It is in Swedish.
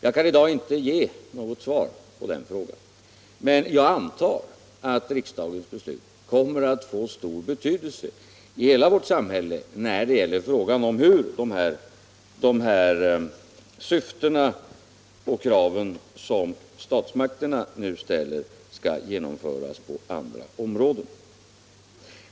Jag kan inte ge något svar på den frågan. Men jag antar att riksdagens beslut kommer att få stor betydelse för hela vårt samhälle när det gäller frågan om hur de här syftena och de krav som statsmakterna nu ställer skall förverkligas på andra områden.